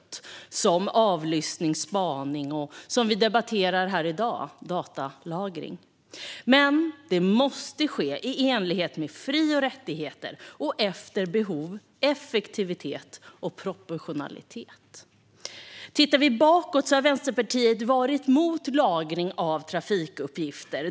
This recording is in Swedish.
Det handlar om avlyssning, spaning och det som vi debatterar här i dag, nämligen datalagring. Men det måste ske i enlighet med fri och rättigheter och efter behov, effektivitet och proportionalitet. Tittar vi bakåt kan vi se att Vänsterpartiet har varit emot lagring av trafikuppgifter.